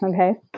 okay